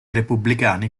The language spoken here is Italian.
repubblicani